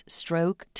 stroke